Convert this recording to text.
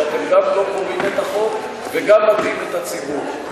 שאתם גם לא קוראים את החוק וגם מטעים את הציבור.